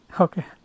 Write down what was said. Okay